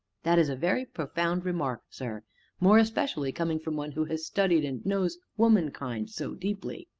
that is a very profound remark, sir more especially coming from one who has studied and knows womankind so deeply.